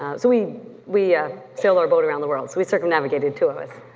ah so we we ah sail our boat around the world, so we circumnavigated, two of us